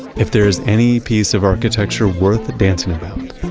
if there is any piece of architecture worth dancing about.